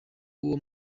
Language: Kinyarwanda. w’uwo